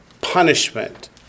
punishment